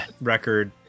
record